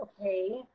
okay